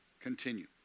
Continue